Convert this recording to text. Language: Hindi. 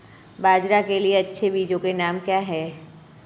बाजरा के लिए अच्छे बीजों के नाम क्या हैं?